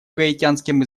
гаитянским